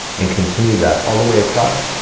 and continue that all the way across.